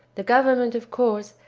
the government, of course,